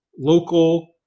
local